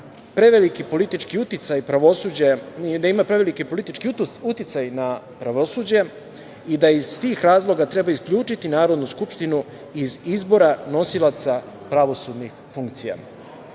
preveliki politički uticaj na pravosuđe i da iz tih razloga treba isključiti Narodnu skupštinu iz izbora nosilaca pravosudnih funkcija. Po